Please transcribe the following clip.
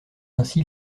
ainsi